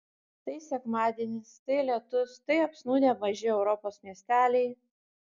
tai sekmadienis tai lietus tai apsnūdę maži europos miesteliai